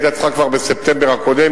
היתה צריכה כבר בספטמבר הקודם,